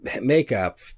makeup